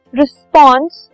response